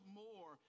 more